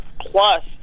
plus